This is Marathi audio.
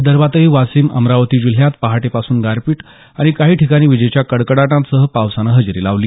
विदर्भातही वाशिम अमरावती जिल्ह्यात पहाटे पासून गारपीट आणि काही ठिकाणी विजेच्या कडकडाटासह पावसानं हजेरी लावली